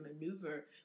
maneuver